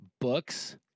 Books